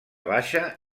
baixa